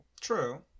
True